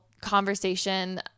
conversation